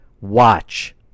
watch